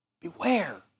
beware